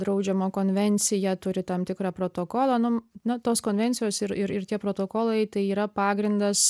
draudžiama konvencija turi tam tikrą protokolą nu na tos konvencijos ir ir ir tie protokolai tai yra pagrindas